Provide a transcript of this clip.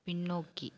பின்னோக்கி